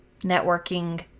networking